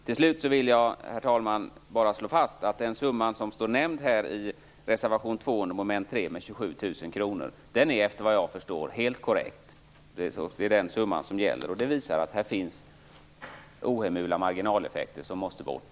Till slut vill jag, herr talman, bara slå fast att den summa som står nämnd i reservation 2 under mom. 3 - 27 000 kr - såvitt jag förstår är helt korrekt. Det är den summan som gäller. Det visar att det finns ohemula marginaleffekter som måste bort.